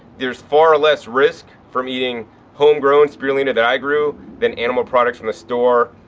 there's far less risk from eating home grown spirulina that i grew than animal products from the store